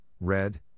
red